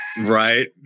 Right